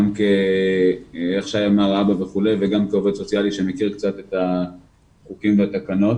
גם כאבא וגם כעובד סוציאלי שמכיר קצת את החוקים והתקנות.